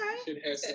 okay